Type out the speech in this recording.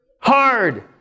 Hard